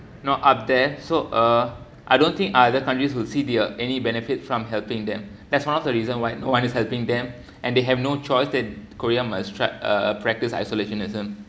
not up there so uh I don't think either countries will see there are any benefits from helping them that's one of the reason why no one is helping them and they have no choice that korea must try uh to practise isolationism